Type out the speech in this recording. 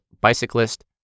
bicyclist